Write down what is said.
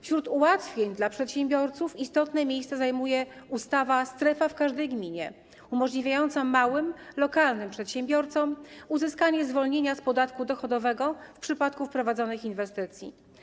Wśród ułatwień dla przedsiębiorców istotne miejsce zajmuje ustawa - strefa w każdej gminie, umożliwiająca małym, lokalnym przedsiębiorcom uzyskanie zwolnienia z podatku dochodowego w przypadku prowadzonych inwestycji.